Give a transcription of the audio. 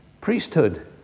priesthood